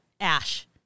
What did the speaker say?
Ash